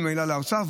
וממילא לאוצר,